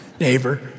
neighbor